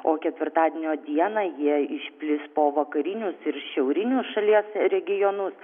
o ketvirtadienio dieną jie išplis po vakarinius ir šiaurinius šalies regionus